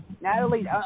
Natalie